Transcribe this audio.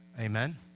Amen